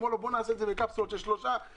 הוא אמר לו: בואו נעשה את זה בשלוש קפסולות,